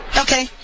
Okay